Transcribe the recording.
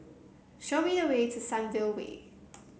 show me the way to Sunview Way